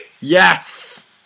Yes